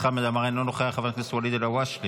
חבר הכנסת חמד עמאר,